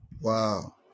Wow